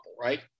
right